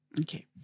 Okay